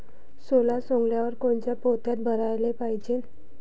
सोला सवंगल्यावर कोनच्या पोत्यात भराले पायजे?